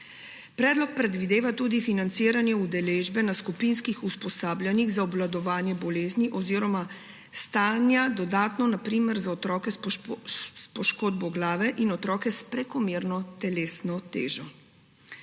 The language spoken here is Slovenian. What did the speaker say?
Predlog predvideva tudi financiranje udeležbe na skupinskih usposabljanjih za obvladovanje bolezni oziroma stanja, dodatno na primer za otroke s poškodbo glave in otroke s prekomerno telesno težo.